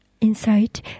insight